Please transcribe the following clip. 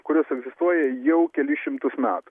kurios egzistuoja jau kelis šimtus metų